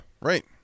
Right